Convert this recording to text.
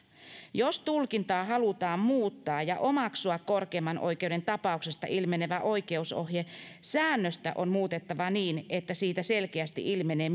jos tulkintaa halutaan muuttaa ja omaksua korkeimman oikeuden tapauksesta ilmenevä oikeusohje säännöstä on muutettava niin että siitä selkeästi ilmenee